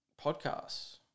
podcasts